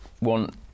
want